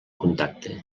contacte